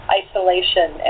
isolation